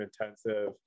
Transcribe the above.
intensive